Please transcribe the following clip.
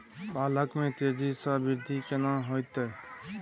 पालक में तेजी स वृद्धि केना होयत?